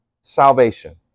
salvation